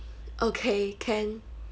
okay can